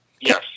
Yes